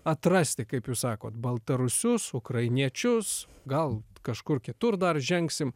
atrasti kaip jūs sakot baltarusius ukrainiečius gal kažkur kitur dar žengsim